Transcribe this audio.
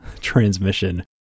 transmission